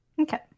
Okay